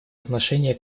отношения